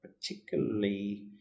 particularly